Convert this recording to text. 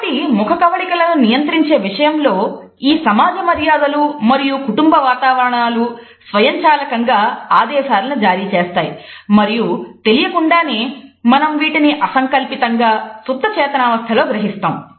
కాబట్టి ముఖకవళికలను నియంత్రించే విషయంలో ఈ సమాజ మర్యాదలు మరియు కుటుంబ వాతావరణాలు స్వయంచాలకంగా ఆదేశాలను జారీ చేస్తాయి మరియు తెలియకుండానే మనం వీటిని అసంకల్పితంగా సుప్తచేతనావస్థ లో గ్రహిస్తాము